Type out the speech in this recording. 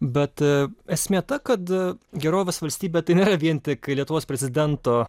bet esmė ta kad gerovės valstybė tai nėra vien tik lietuvos prezidento